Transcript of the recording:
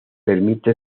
permite